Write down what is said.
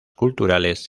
culturales